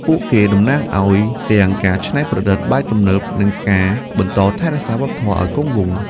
ពួកគេតំណាងឱ្យទាំងការច្នៃប្រឌិតបែបទំនើប និងការបន្តថែរក្សាវប្បធម៌ឱ្យគង់វង្ស។